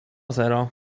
zero